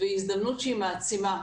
והזדמנות שהיא מעצימה,